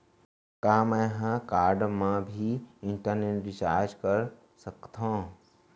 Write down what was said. का मैं ह कारड मा भी इंटरनेट रिचार्ज कर सकथो